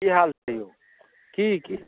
की हाल छै यौ की की